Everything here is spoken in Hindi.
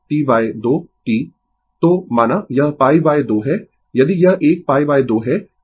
तो माना यह π 2 है यदि यह एक π 2 है यह π है